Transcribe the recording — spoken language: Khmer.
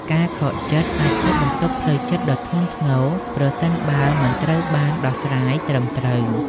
ការខកចិត្តអាចជាបន្ទុកផ្លូវចិត្តដ៏ធ្ងន់ធ្ងរ ប្រសិនបើមិនត្រូវបានដោះស្រាយត្រឹមត្រូវ។